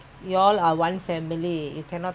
okay don't talk about that